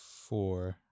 four